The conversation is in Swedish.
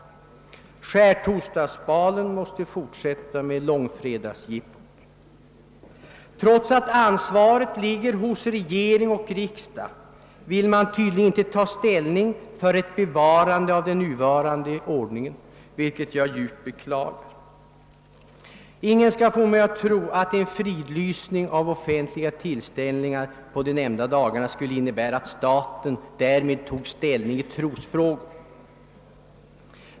Skärtorsdagsbalen måste fortsätta med långfredagsjippot. Trots att ansvaret ligger hos regering och riksdag vill man tydligen inte ta ställning för ett bevarande av den nuvarande ordningen, vilket jag djupt beklagar. Ingen skall få mig att tro att en fridlysning av offentliga tillställningar på de nämnda dagarna skulle innebära att staten därmed tog ställning i trosfrågor.